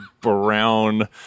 brown